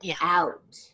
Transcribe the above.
out